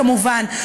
כמובן,